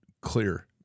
clear